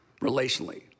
relationally